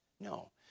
No